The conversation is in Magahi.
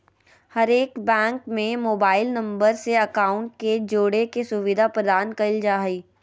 हरेक बैंक में मोबाइल नम्बर से अकाउंट के जोड़े के सुविधा प्रदान कईल जा हइ